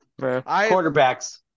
Quarterbacks